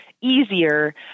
easier